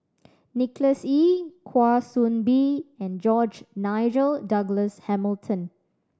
Nicholas Ee Kwa Soon Bee and George Nigel Douglas Hamilton